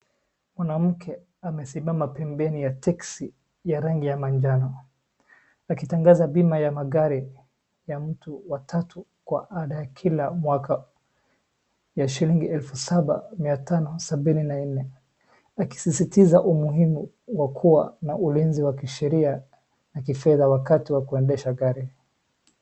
Mwanamke amesimama pembeni ya teksi ya rangi ya manjano, akitangaza bima ya magari ya mtu wa tatu kwa ada ya kila mwaka ya shilingi elfu saba mia tano sabini na nne, akisisitiza umuhimu wa kuwa na ulinzi wa kisheria na kifedha wakati wa kuendesha gari.